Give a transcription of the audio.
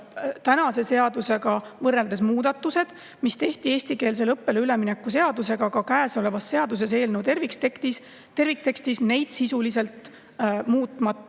tänase seadusega võrreldes muudatused, mis tehti eestikeelsele õppele ülemineku seadusega ka käesoleva seaduse eelnõu terviktekstis, neid sisuliselt muutmata.